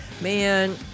man